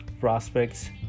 prospects